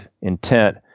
intent